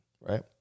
right